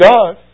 God